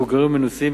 מבוגרים ומנוסים,